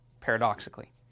paradoxically